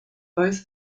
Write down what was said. both